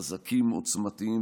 חזקות ועוצמתיות,